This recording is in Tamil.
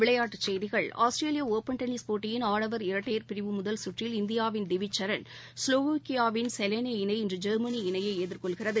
விளையாட்டுச் செய்திகள் ஆஸ்திரேலிய ஓப்பள் டென்னிஸ் போட்டியின் ஆடவர் இரட்டையர் பிரிவு முதல் கற்றில் இந்தியாவின் திவிச் சரண் ஸ்லோவோ்ககியாவின் ஜெவானி இணை இன்று ஜெர்மனி இணையை எதிர்கொள்கிறது